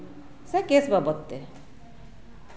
ᱥᱮ ᱠᱮᱥ ᱵᱟᱵᱚᱫᱛᱮ